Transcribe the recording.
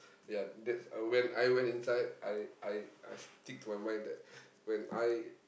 ya that uh when I went inside I I I stick to my mind that when I